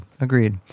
Agreed